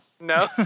No